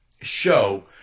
show